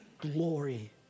glory